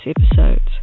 episodes